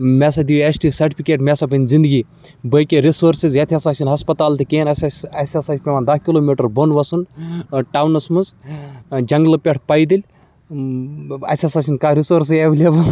مےٚ ہَسا دِیِو ایس ٹی سٹفِکیٹ مےٚ ہَسا بَنہِ زندگی باقٕے رِسورسٕز ییٚتہِ ہَسا چھِنہٕ ہَسپَتال تہِ کِہیٖنۍ اَسہِ ہَسا اَسہِ ہَسا چھِ پٮ۪وان دَہ کِلوٗمیٖٹَر بۄن وَسُن ٹاونَس منٛز جنٛگلہٕ پٮ۪ٹھ پایدٔلۍ اَسہِ ہَسا چھِنہٕ کانٛہہ رِسورسٕے ایویلیبل